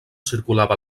circulava